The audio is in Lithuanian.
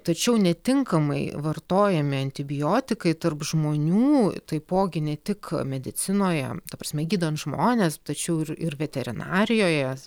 tačiau netinkamai vartojami antibiotikai tarp žmonių taipogi ne tik medicinoje ta prasme gydant žmones tačiau ir ir veterinarijoje